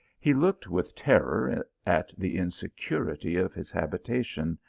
he looked with terror at the inse curity of his habitation,